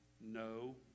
No